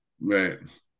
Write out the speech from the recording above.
right